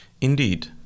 Indeed